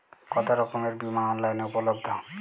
কতোরকমের বিমা অনলাইনে উপলব্ধ?